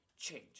Change